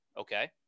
okay